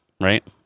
right